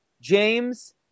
James